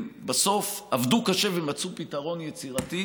שבסוף הם עבדו קשה ומצאו פתרון יצירתי,